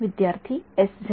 विद्यार्थीः S Z